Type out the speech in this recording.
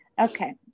Okay